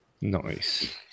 nice